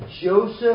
Joseph